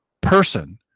person